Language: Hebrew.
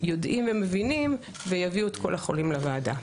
יודעים ומבינים ויביאו את כל החולים לוועדה.